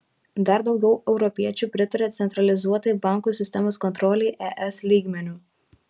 dar daugiau europiečių pritaria centralizuotai bankų sistemos kontrolei es lygmeniu